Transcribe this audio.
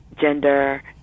gender